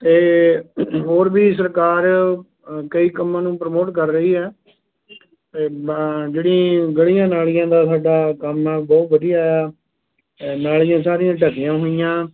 ਅਤੇ ਹੋਰ ਵੀ ਸਰਕਾਰ ਅ ਕਈ ਕੰਮਾਂ ਨੂੰ ਪ੍ਰਮੋਟ ਕਰ ਰਹੀ ਹੈ ਅਤੇ ਬ ਜਿਹੜੀ ਗਲੀਆਂ ਨਾਲੀਆਂ ਦਾ ਸਾਡਾ ਕੰਮ ਬਹੁਤ ਵਧੀਆ ਆ ਅ ਨਾਲੀਆਂ ਸਾਰੀਆਂ ਢੱਕੀਆਂ ਹੋਈਆਂ